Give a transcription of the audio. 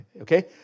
okay